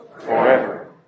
forever